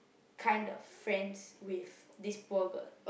kind of friends with this poor girl